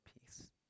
peace